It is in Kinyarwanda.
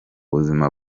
buzima